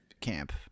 camp